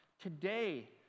today